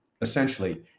essentially